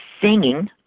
singing